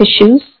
issues